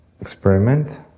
experiment